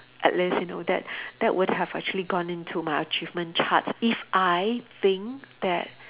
at least you know that that would have actually gone into my achievement charts if I think that